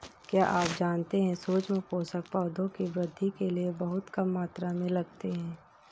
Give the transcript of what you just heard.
क्या आप जानते है सूक्ष्म पोषक, पौधों की वृद्धि के लिये बहुत कम मात्रा में लगते हैं?